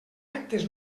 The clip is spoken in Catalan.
actes